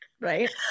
right